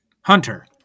Hunter